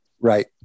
Right